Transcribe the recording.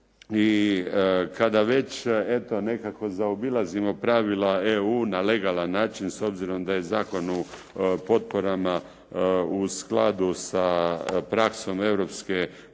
I kada već eto nekako zaobilazimo pravila EU na legalan način s obzirom da je Zakon o potporama u skladu sa praksom Europske unije,